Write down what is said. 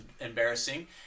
embarrassing